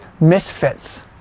misfits